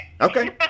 Okay